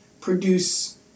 produce